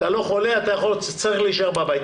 אתה לא חולה, אתה צריך להישאר בבית.